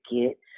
get